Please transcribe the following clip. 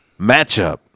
matchup